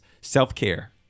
self-care